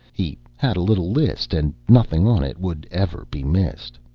he had a little list and nothing on it would ever be missed.